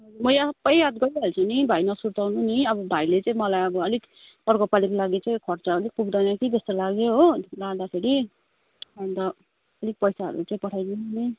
म यहाँ सबै याद गरिहाल्छु नि भाइ नसुर्ताउनु नि अब भाइले चाहिँ मलाई अब अलिक अर्कोपालिको लागि चाहिँ खर्च अलिक पुग्दैन कि जस्तो लाग्यो हो लाँदाखेरि अन्त अलिक पैसाहरू चाहिँ पठाइदिनु नि